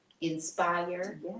inspire